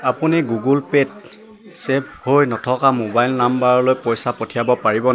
আপুনি গুগল পে'ত চে'ভ হৈ নথকা ম'বাইল নাম্বাৰলৈ পইচা পঠিয়াব পাৰিবনে